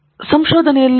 ತಂಗಿರಾಲ ಸಂಶೋಧನೆಗೆ